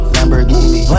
Lamborghini